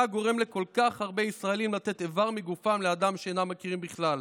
גורם לכל כך הרבה ישראלים לתת איבר מגופם לאדם שאינם מכירים בכלל.